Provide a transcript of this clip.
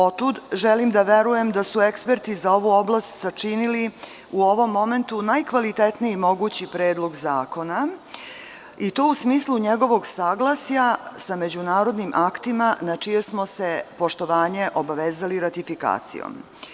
Otud želim da verujem da su eksperti za ovu oblast sačinili u ovom momentu najkvalitetniji mogući predlog zakona i to u smislu njegovog saglasja sa međunarodnim aktima na čije smo se poštovanje obavezali ratifikacijom.